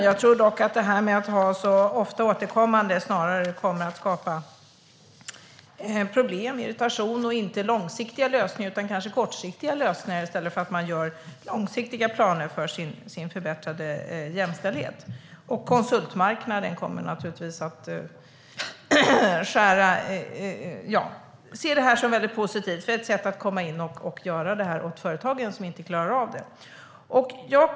Jag tror dock att ha så ofta återkommande kartläggningar snarare kommer att skapa problem, irritation och inte långsiktiga lösningar utan kanske kortsiktiga lösningar i stället för att man gör långsiktiga planer för förbättrad jämställdhet. Konsultmarknaden kommer naturligtvis se det som väldigt positivt. Det är ett sätt att komma in och göra det åt de företag som inte klarar av det.